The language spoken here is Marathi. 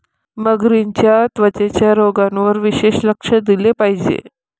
मगरींच्या त्वचेच्या रोगांवर विशेष लक्ष दिले पाहिजे